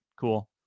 Cool